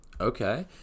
Okay